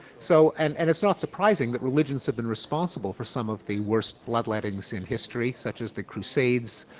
so, and and it's not surprising that religions have been responsible for some of the worst blood lettings in history such as the crusades,